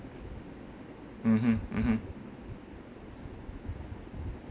mmhmm mmhmm